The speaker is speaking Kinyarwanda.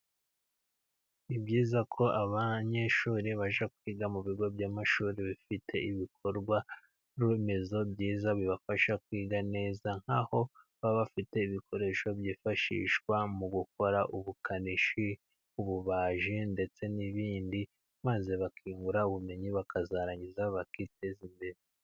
Ni byiza ko abanyeshuri bajya kwiga mu bigo by'amashuri ,bifite ibikorwa remezo byiza bibafasha kwiga neza nk'aho baba bafite ibikoresho byifashishwa mu gukora ubukanishi ,ububaji ndetse n'ibindi maze bakimura ubumenyi bakazarangiza bakiteza imbere.